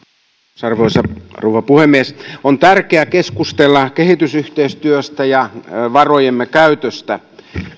östman arvoisa rouva puhemies on tärkeää keskustella kehitysyhteistyöstä ja varojemme käytöstä